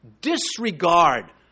disregard